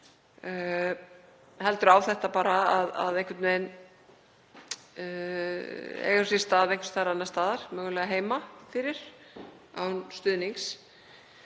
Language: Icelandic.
heldur á þetta bara einhvern veginn að eiga sér stað einhvers staðar annars staðar, mögulega heima fyrir án stuðnings.